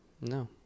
No